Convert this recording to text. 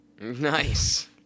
Nice